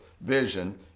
vision